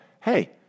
hey